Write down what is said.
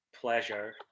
pleasure